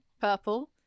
purple